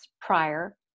prior